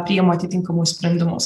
priima atitinkamus sprendimus